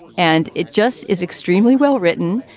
and it just is extremely well-written,